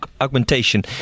augmentation